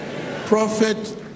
Prophet